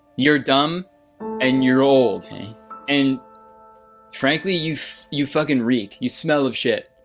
you're dumb and you're old and frankly you you fucking wreak. you smell of shit.